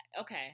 okay